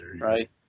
Right